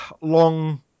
long